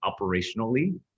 operationally